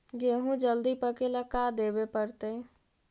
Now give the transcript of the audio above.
गेहूं जल्दी पके ल का देबे पड़तै?